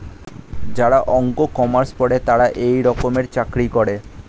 যারা অঙ্ক, কমার্স পরে তারা এই রকমের চাকরি করে